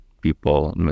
people